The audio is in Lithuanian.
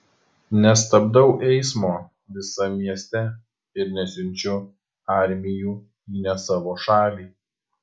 nestabdau eismo visam mieste ir nesiunčiu armijų į ne savo šalį